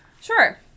Sure